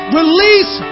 release